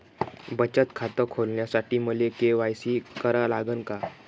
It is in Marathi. बचत खात खोलासाठी मले के.वाय.सी करा लागन का?